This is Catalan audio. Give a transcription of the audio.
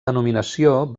denominació